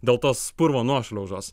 dėl tos purvo nuošliaužos